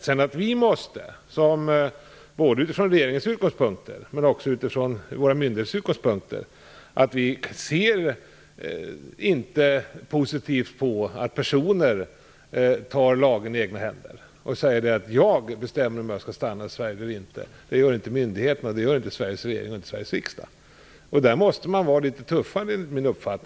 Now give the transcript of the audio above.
Sedan kan vi från regeringens men också från våra myndigheters utgångspunkter inte se positivt på att personer tar lagen i egna händer och säger att de skall bestämma om de skall stanna i Sverige eller inte - inte Sveriges regering och inte Sveriges riksdag. Vi måste enligt min mening vara litet tuffare i de sammanhangen.